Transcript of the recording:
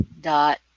dot